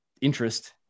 interest